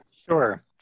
Sure